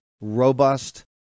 robust